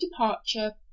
departure